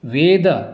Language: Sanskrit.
वेदस्य